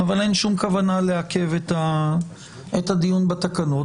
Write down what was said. אין שום כוונה לעכב את הדיון בתקנות,